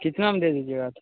कितने में दे दीजिएगा तो